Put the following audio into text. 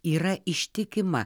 yra ištikima